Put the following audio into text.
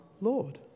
Lord